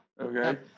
okay